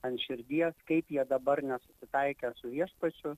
ant širdies kaip jie dabar nesusitaikę su viešpačiu